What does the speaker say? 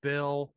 Bill